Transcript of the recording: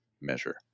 measure